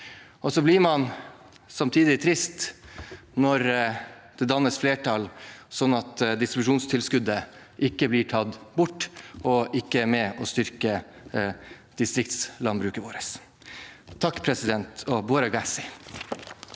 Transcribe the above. blir man trist når det dannes flertall slik at distribusjonstilskuddet ikke blir tatt bort og ikke er med på å styrke distriktslandbruket vårt. Takk, og buorre geassi!